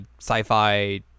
sci-fi